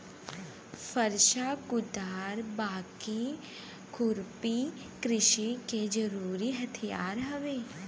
फरसा, कुदार, बाकी, खुरपी कृषि के जरुरी हथियार हउवे